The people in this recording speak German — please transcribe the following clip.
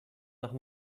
nach